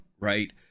right